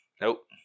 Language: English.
nope